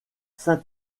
saint